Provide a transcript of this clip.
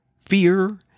fear